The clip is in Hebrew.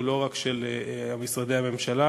הוא לא רק של משרדי הממשלה,